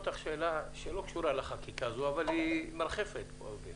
אותך שאלה שלא קשורה לחקיקה הזאת אבל היא מרחפת פה?